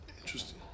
Interesting